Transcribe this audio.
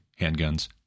handguns